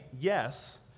yes